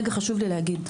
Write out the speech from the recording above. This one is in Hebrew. זה חשוב לי להגיד.